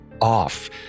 off